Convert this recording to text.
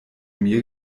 mir